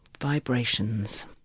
Vibrations